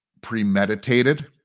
premeditated